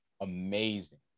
amazing